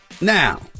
now